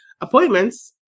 appointments